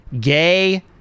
gay